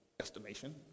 estimation